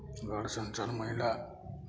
घर संसार महिला